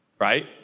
right